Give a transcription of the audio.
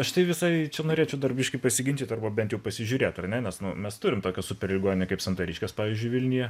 aš tai visai čia norėčiau dar biškį pasiginčyti arba bent jau pasižiūrėt ar ne nes mes turime tokią superligoninę kaip santariškės pavyzdžiui vilniuje